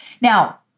Now